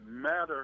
matter